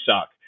suck